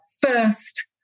first